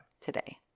today